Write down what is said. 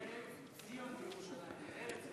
ארץ ציון ירושלים.